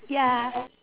ya